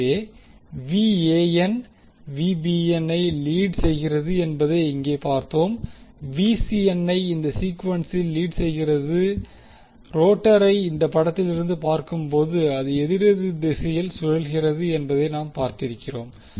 எனவே I lead செய்கிறது என்பதை இங்கே பார்த்தோம் இது ஐ இந்த சீக்குவென்சில் லீட் செய்கிறது ரோட்டாரை இந்த படத்திலிருந்து பார்க்கும்போது அது எதிரெதிர் திசையில் சுழல்கிறது என்பதை நாம் பார்த்திருக்கிறோம்